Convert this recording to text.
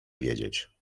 widzieć